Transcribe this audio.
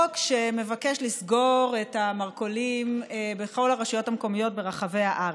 שמבקש לסגור את המרכולים בכל הרשויות המקומיות ברחבי הארץ.